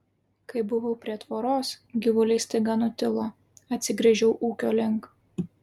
kai buvau prie tvoros gyvuliai staiga nutilo atsigręžiau ūkio link